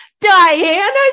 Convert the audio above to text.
Diana's